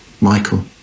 Michael